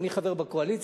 אני חבר בקואליציה,